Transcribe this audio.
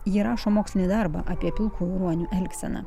ji rašo mokslinį darbą apie pilkųjų ruonių elgseną